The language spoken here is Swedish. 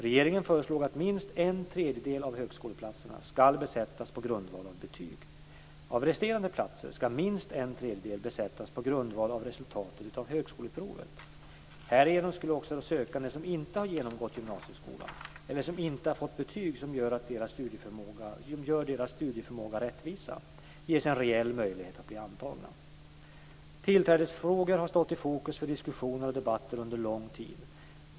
Regeringen föreslog att minst en tredjedel av högskoleplatserna ska besättas på grundval av betyg. Av resterande platser ska minst en tredjedel besättas på grundval av resultaten av högskoleprovet. Härigenom skulle också sökande som inte genomgått gymnasieskolan, eller som inte fått betyg som gör deras studieförmåga rättvisa, ges en reell möjlighet att bli antagna. Tillträdesfrågor har stått i fokus för diskussioner och debatter under lång tid.